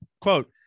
Quote